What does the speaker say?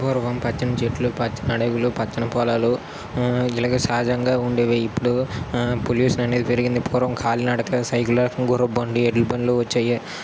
పూర్వం పచ్చని చెట్లు పచ్చని అడవులు పచ్చని పొలాలు ఇలాగా సహజంగా వుండేవి ఇప్పుడు పొల్యూషన్ అనేది పెరిగింది పూర్వం కాలినడక సైకిల్ గుర్రపు బండ్లు ఎడ్ల బండ్లు వచ్చేవి